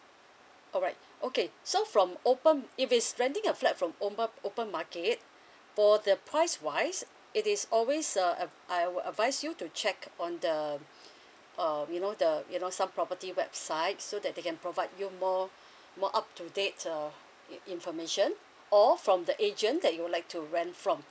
alright okay so from open if it's renting a flat from ope~ open market for the price wise it is always uh uh I will advise you to check on the um you know the you know some property website so that they can provide you more more up to date err information or from the agent that you would like to rent from